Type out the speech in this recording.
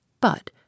But